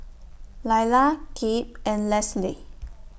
Lailah Kip and Lesli